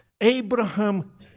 Abraham